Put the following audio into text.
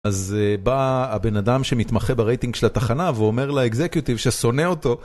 אז בא הבן אדם שמתמחה ברייטינג של התחנה ואומר לאקזקיוטיב ששונא אותו.